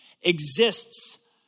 exists